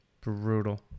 brutal